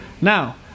Now